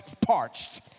parched